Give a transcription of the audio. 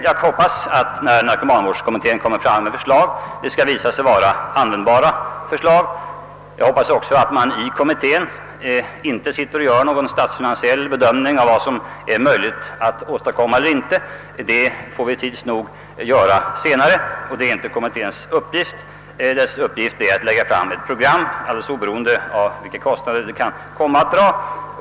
Jag hoppas att narkomanvårdskommittén hittar lösningar som skall visa sig vara användbara. Jag hoppas också att man i kommittén inte gör någon statsfinansiell bedömning av vad som är möjligt att åstadkomma eller inte. En sådan bedömning får vi göra senare, det är inte kommitténs uppgift. Dess uppgift är att lägga fram ett program alldeles oberoende av vilka kostnader det kan komma att dra.